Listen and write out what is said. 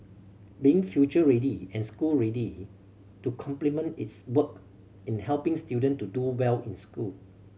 being future ready and school ready to complement its work in helping student to do well in school